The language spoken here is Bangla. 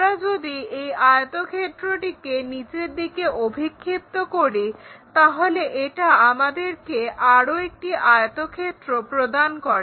আমরা যদি এই আয়তক্ষেত্রটিকে নিচের দিকে অভিক্ষিপ্ত করি তাহলে এটা আমাদেরকে আরো একটি আয়তক্ষেত্র প্রদান করে